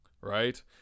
right